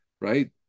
right